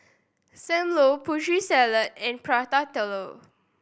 Sam Lau Putri Salad and Prata Telur